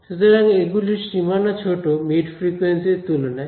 সুতরাং এগুলির সীমানা ছোট মিড ফ্রিকুয়েন্সি র তুলনায়